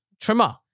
Trimmer